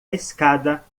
escada